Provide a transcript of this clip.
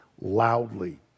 loudly